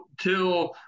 till